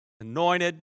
anointed